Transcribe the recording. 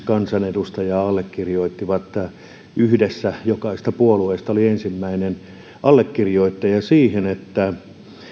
kansanedustajaa allekirjoitti yhteisen lakialoitteen jossa jokaisesta puolueesta oli allekirjoittajia siihen että